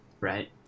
right